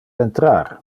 entrar